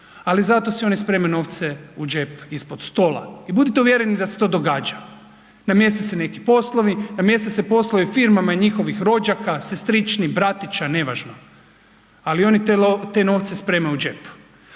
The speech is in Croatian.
Ali zato si oni spremaju novce u džep ispod stola. I budite uvjereni da se to događa. Namjeste se neki poslovi, namjeste se poslovi firmama i njihovih rođaka, sestrični, bratića, nevažno. Ali oni te novce spremaju u džep.